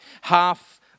half